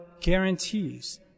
guarantees